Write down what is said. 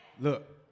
Look